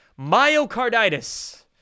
Myocarditis